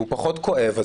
הוא פחות כואב.